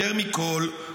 יותר מכול,